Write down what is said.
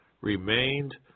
remained